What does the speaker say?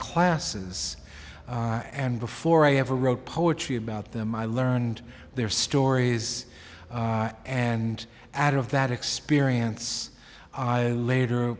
classes and before i ever wrote poetry about them i learned their stories and out of that experience i later